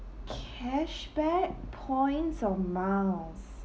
cashback points or miles